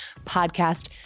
podcast